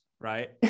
right